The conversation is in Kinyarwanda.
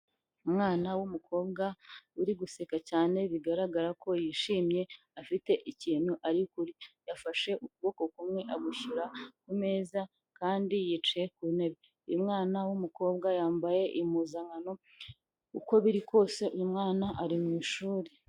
Umwana w'umukobwa uri guseka cyane bigaragara ko yishimye afite ikintu ari kurya. Yafashe ukuboko kumwe agushyira ku meza kandi yicaye ku ntebe uyu mwana w'umukobwa yambaye impuzankano uko biri kose uyu mwana ari mu ishuri.